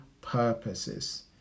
purposes